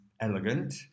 elegant